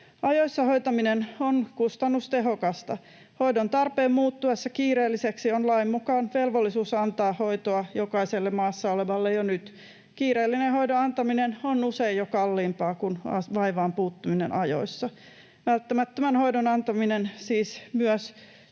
Ajoissa hoitaminen on kustannustehokasta. Hoidon tarpeen muuttuessa kiireelliseksi on lain mukaan velvollisuus antaa hoitoa jokaiselle maassa olevalle jo nyt. Kiireellisen hoidon antaminen on usein jo kalliimpaa kuin vaivaan puuttuminen ajoissa, välttämättömän hoidon antaminen — siis myös